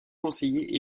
conseillers